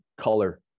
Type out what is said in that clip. color